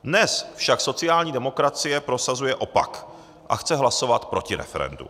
Dnes však sociální demokracie prosazuje opak a chce hlasovat proti referendu.